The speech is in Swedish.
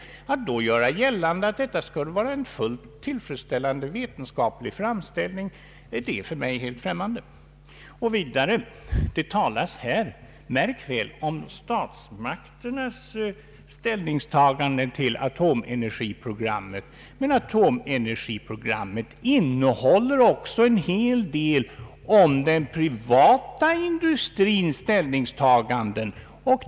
Att då göra gällande att detta skulle vara en fullt tillfredsställande vetenskaplig framställning är för mig något helt främmande. Vidare talas det här — märk väl — om statsmakternas ställningstaganden till atomenergiprogrammet. Men atomenergiprogrammet innehåller en hel del om den privata industrins ställningstaganden.